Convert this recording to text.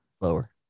Lower